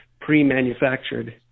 pre-manufactured